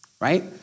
right